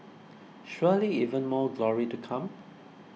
surely even more glory to come